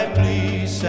please